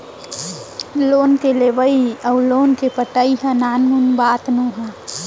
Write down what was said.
loan के लेवइ अउ लोन के पटाई ह नानमुन बात नोहे